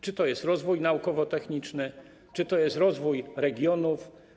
Czy to jest rozwój naukowo-techniczny, czy to jest rozwój regionów?